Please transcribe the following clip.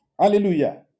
hallelujah